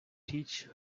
teach